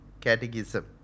catechism